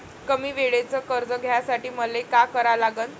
कमी वेळेचं कर्ज घ्यासाठी मले का करा लागन?